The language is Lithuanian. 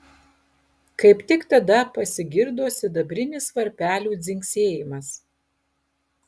kaip tik tada pasigirdo sidabrinis varpelių dzingsėjimas